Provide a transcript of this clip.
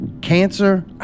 cancer